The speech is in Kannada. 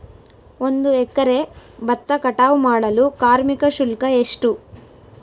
ಒಂದು ಎಕರೆ ಭತ್ತ ಕಟಾವ್ ಮಾಡಲು ಕಾರ್ಮಿಕ ಶುಲ್ಕ ಎಷ್ಟು?